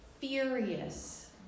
furious